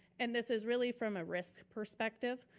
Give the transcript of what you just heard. and this is really from a risk perspective.